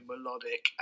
melodic